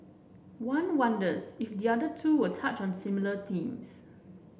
one wonders if the other two will touch on similar themes